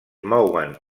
mouen